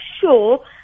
sure